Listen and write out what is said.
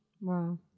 Wow